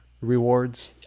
rewards